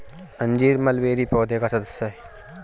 अंजीर मलबेरी पौधे का सदस्य है